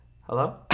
Hello